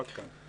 עד כאן.